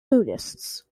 buddhists